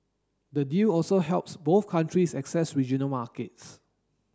the deal also helps both countries access regional markets